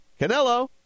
Canelo